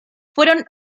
fueron